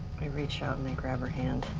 i reach out and i grab her hand.